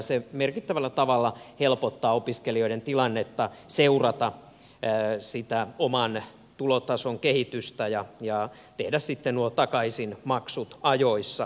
se merkittävällä tavalla helpottaa opiskelijoiden tilannetta seurata oman tulotason kehitystä ja tehdä sitten nuo takaisinmaksut ajoissa